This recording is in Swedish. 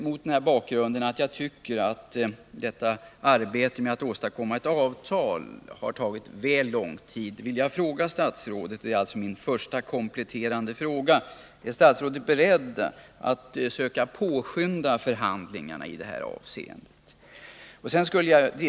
Då jag tycker att arbetet att åstadkomma ett avtal har tagit väl lång tid vill jag fråga statsrådet, och det är alltså min första kompletterande fråga: Är statsrådet beredd att försöka påskynda förhandlingarna i detta avseende?